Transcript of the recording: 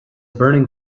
burning